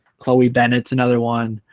chloe bennett's another one